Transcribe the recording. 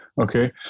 Okay